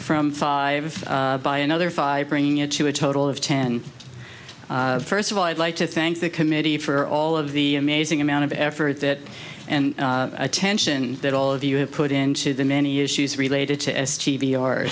from five by another five bringing it to a total of ten first of all i'd like to thank the committee for all of the amazing amount of effort that and attention that all of you have put into the many issues related to s t v or